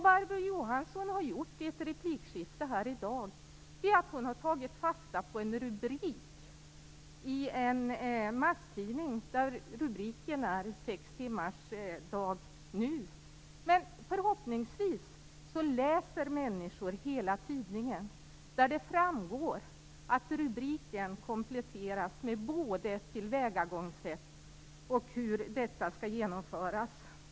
Barbro Johansson har i ett replikskifte i dag tagit fasta på en rubrik i en tidning där rubriken är: 6 timmars dag nu. Förhoppningsvis läser människor hela tidningen där det framgår att rubriken kompletterats med förslag till både tillvägagångssättet och hur det skall genomföras.